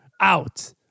out